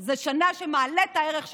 היא שנה שמעלה את הערך שלהן,